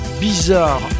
bizarre